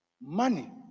Money